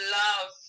love